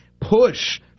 push